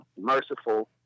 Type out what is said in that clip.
merciful